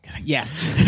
yes